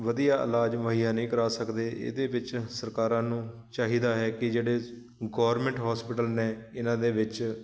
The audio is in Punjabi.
ਵਧੀਆ ਇਲਾਜ ਮੁਹੱਈਆ ਨਹੀਂ ਕਰਾ ਸਕਦੇ ਇਹਦੇ ਵਿੱਚ ਸਰਕਾਰਾਂ ਨੂੰ ਚਾਹੀਦਾ ਹੈ ਕਿ ਜਿਹੜੇ ਗੌਰਮੈਂਟ ਹੋਸਪਿਟਲ ਨੇ ਇਹਨਾਂ ਦੇ ਵਿੱਚ